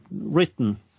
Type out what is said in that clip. written